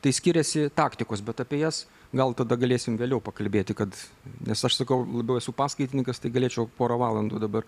tai skiriasi taktikos bet apie jas gal tada galėsim vėliau pakalbėti kad nes aš sakau labiau esu paskaitininkas tai galėčiau porą valandų dabar